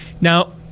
Now